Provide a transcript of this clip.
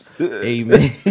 amen